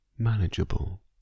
manageable